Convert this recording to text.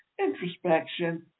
introspection